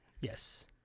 yes